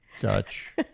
Dutch